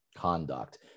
conduct